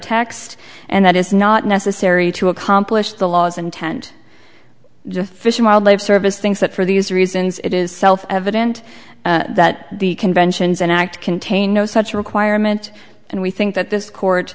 text and that is not necessary to accomplish the laws intent fish and wildlife service thinks that for these reasons it is self evident that the conventions and act contain no such requirement and we think that this court